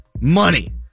money